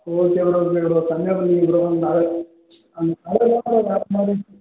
okay bro okay bro செமையா பண்ணீங்க bro